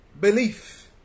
belief